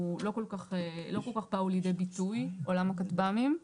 לא כל כך באו לידי ביטוי עולם הכטב"מים.